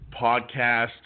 Podcast